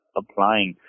applying